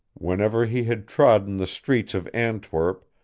whenever he had trodden the streets of antwerp,